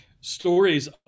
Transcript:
stories